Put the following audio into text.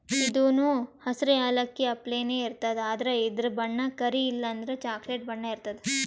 ಇದೂನು ಹಸ್ರ್ ಯಾಲಕ್ಕಿ ಅಪ್ಲೆನೇ ಇರ್ತದ್ ಆದ್ರ ಇದ್ರ್ ಬಣ್ಣ ಕರಿ ಇಲ್ಲಂದ್ರ ಚಾಕ್ಲೆಟ್ ಬಣ್ಣ ಇರ್ತದ್